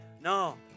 No